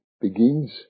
begins